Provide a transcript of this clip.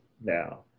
now